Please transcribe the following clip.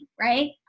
right